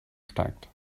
steigt